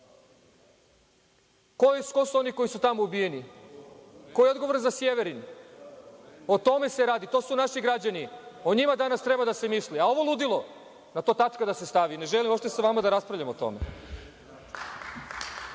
Ko su oni koji su tamo ubijeni? Ko je odgovoran za Sjeverin? O tome se radi. To su naši građani. O njima danas treba da se misli. A ovo ludilo, na to tačka da se stavi. Ne želim uopšte sa vama da raspravljam o